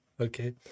okay